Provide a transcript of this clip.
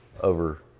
over